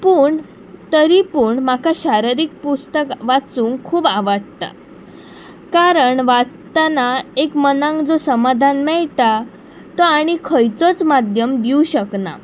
पूण तरी पूण म्हाका शारिरीक पुस्तक वाचूंक खूब आवडटा कारण वाचतना एक मनाक जो समाधान मेळटा तो आणी खंयचोच माध्यम दिवं शकना